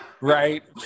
right